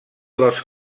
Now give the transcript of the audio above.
dels